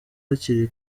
hakiri